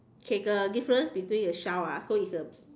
okay the difference between the shell ah so it's the